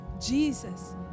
Jesus